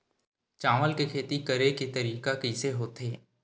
चावल के खेती करेके तरीका कइसे होथे?